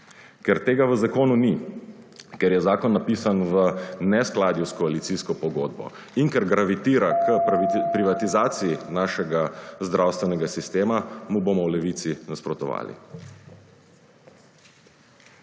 Ker tega v zakonu ni, ker je zakon napisan v neskladju s koalicijsko pogodbo in ker gravitira k privatizaciji našega zdravstvenega sistema mu bomo v Levici nasprotovali.